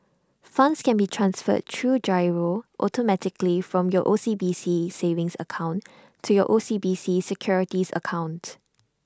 funds can be transferred through GIRO automatically from your O C B C savings account to your O C B C securities accounts